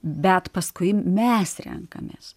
bet paskui mes renkamės